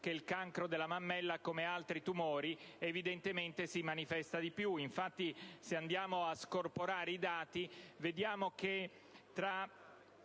che il cancro della mammella, come altri tumori, si manifesta di più. Infatti, se a scorporiamo i dati, vediamo che tra